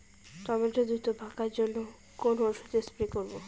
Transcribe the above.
Tomato দ্রুত পাকার জন্য কোন ওষুধ স্প্রে করব?